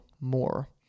more